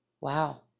wow